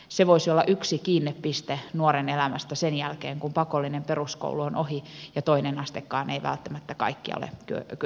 se voisi olla yksi kiinnepiste nuoren elämässä sen jälkeen kun pakollinen peruskoulu on ohi ja toinen astekaan ei välttämättä kaikkia ole kyennyt tavoittamaan